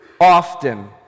often